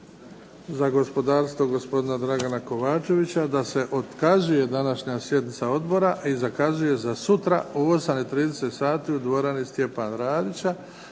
za gospodarstvo gospodina Dragana Kovačevića da se otkazuje današnja sjednica odbora i zakazuje za sutra u 8,30 sati u dvorani Stjepana Radića